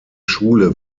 schule